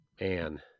man